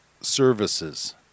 Services